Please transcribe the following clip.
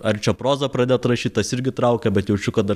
ar čia prozą pradėt rašyt tas irgi traukia bet jaučiu kad dar